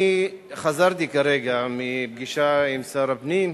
אני חזרתי כרגע מפגישה עם שר הפנים.